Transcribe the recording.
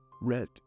Red